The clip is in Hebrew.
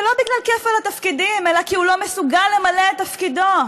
ולא בגלל כפל התפקידים אלא כי הוא לא מסוגל למלא את תפקידו.